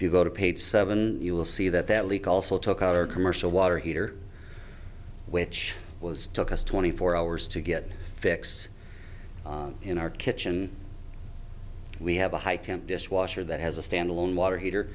you go to page seven you will see that that leak also took out our commercial water heater which was took us twenty four hours to get a fix in our kitchen we have a high temp dishwasher that has a standalone water heater